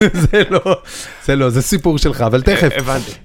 זה לא, זה לא, זה סיפור שלך, אבל תכף. הבנתי.